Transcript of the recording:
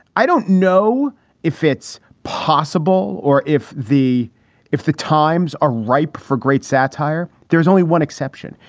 i don't know if it's possible or if the if the times are ripe for great satire, there's only one exception.